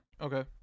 Okay